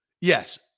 Yes